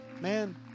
Man